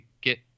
get